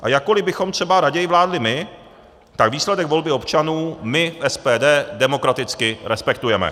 A jakkoli bychom třeba raději vládli my, tak výsledek volby občanů my v SPD demokraticky respektujeme.